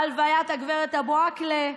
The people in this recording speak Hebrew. הלוויית גב' אבו עאקלה,